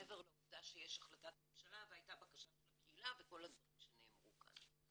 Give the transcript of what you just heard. מעבר לעובדה שיש החלטת ממשלה ויש בקשה של הקהילה וכל הדברים שנאמרו כאן.